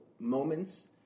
Moments